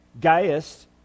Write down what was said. Gaius